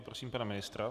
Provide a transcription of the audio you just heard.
Prosím pana ministra.